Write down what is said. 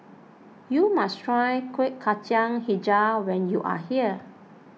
you must try Kuih Kacang HiJau when you are here